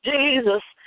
Jesus